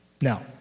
Now